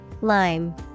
lime